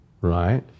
right